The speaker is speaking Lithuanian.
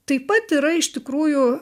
taip pat yra iš tikrųjų